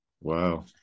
wow